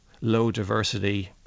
low-diversity